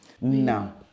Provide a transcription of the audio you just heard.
no